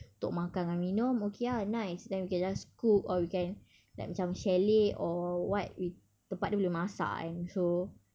untuk makan dengan minum okay ah nice then we can just cook or we can like macam chalet or what we tempat dia boleh masak kan so